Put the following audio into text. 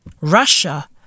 Russia